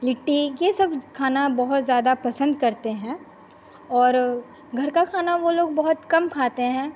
लिट्टी ये सब खाना बहुत ज्यादा पसंद करते हैं और घर का खाना वो लोग बहुत कम खाते हैं